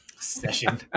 session